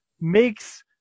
makes